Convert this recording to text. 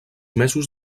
mesos